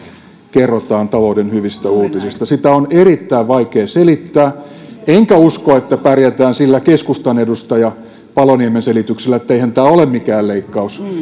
kerrotaan talouden hyvistä uutisista sitä on erittäin vaikea selittää enkä usko että pärjätään sillä keskustan edustaja paloniemen selityksellä että eihän tämä ole mikään leikkaus kun